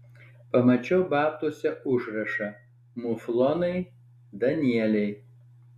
pamačiau babtuose užrašą muflonai danieliai